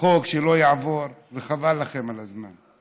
חוק שלא יעבור, וחבל לכם על הזמן.